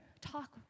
talk